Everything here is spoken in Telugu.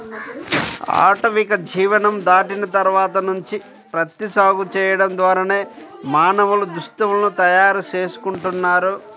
ఆటవిక జీవనం దాటిన తర్వాత నుంచి ప్రత్తి సాగు చేయడం ద్వారానే మానవులు దుస్తుల్ని తయారు చేసుకుంటున్నారు